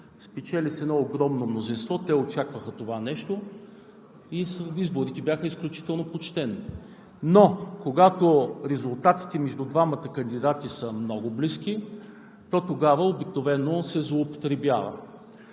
спечели с едно огромно мнозинство. Те очакваха това нещо и след изборите бяха изключително почтени. Но когато резултатите между двамата кандидати са много близки, то тогава обикновено се злоупотребява.